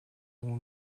үүнд